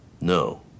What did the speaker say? No